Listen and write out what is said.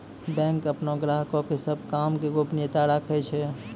bank अपनो ग्राहको के सभ काम के गोपनीयता राखै छै